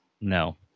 No